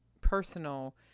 personal